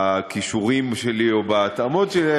בכישורים שלי או בהתאמות שלי,